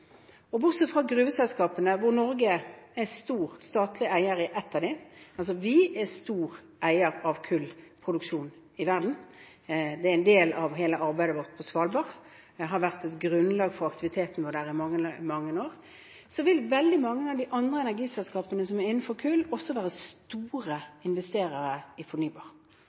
fra gruveselskapene – hvor Norge er stor statlig eier i ett av dem, vi er stor eier av kullproduksjon i verden, det er en del av hele arbeidet vårt på Svalbard, det har vært et grunnlag for aktiviteten vår der i mange, mange år – vil veldig mange av de andre energiselskapene som er innenfor kull, også være store investorer i fornybar,